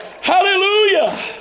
Hallelujah